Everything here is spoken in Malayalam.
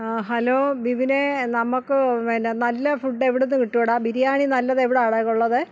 ആ ഹലോ ബിബിനേ നമുക്ക് എന്താണ് നല്ല ഫുഡ് എവിടുന്ന് കിട്ടും എടാ ബിരിയാണി നല്ലത് എവിടെ ആണെടാ ഉള്ളത്